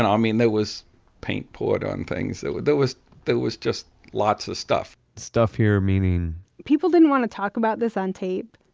ah mean there was paint poured on things. there was there was just lots of stuff. stuff here meaning, people didn't want to talk about this on tape.